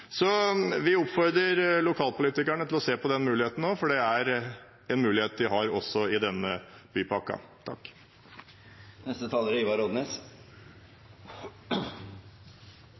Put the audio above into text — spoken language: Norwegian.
Vi oppfordrer lokalpolitikerne til å se på den muligheten, for det er også en mulighet de har i denne